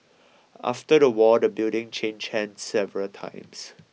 after the war the building changed hands several times